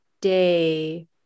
day